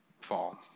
fall